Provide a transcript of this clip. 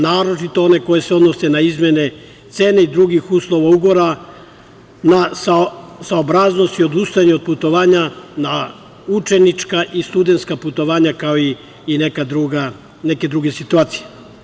Naročito one koje se odnose na izmene cene i drugih uslova ugovora, na saobraznosti, odustajanju od putovanja, na učenička i studentska putovanja, kao i neke druge situacije.